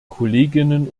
kolleginnen